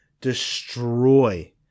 destroy